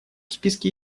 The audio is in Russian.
списке